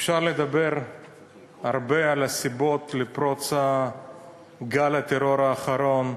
אפשר לדבר הרבה על הסיבות לפרוץ גל הטרור האחרון.